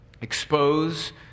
expose